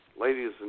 Ladies